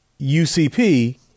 UCP